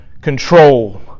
control